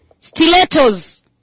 Stilettos